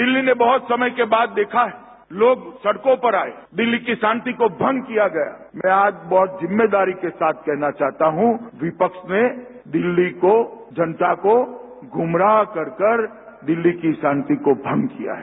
दिल्ली ने बहत समय के बाद देखा है लोग सड़कों पर आए दिल्ली की शांति को भंग किया गया मैं आज बहत जिम्मेदारी के साथ कहना चाहता हूं विपक्ष ने दिल्ली को जनता को गुमराह कर कर दिल्ली की शांति को भंग किया है